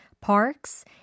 parks